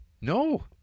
No